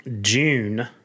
June